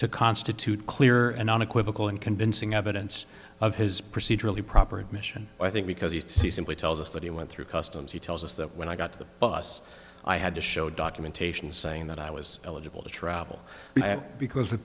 to constitute clear and unequivocal and convincing evidence of his procedurally proper admission i think because he simply tells us that he went through customs he tells us that when i got to the us i had to show documentation saying that i was eligible to travel because the